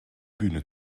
bühne